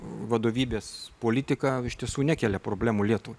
vadovybės politika iš tiesų nekelia problemų lietuvai